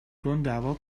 تنددعوا